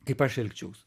kaip aš elgčiaus